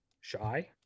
shy